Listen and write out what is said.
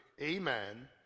amen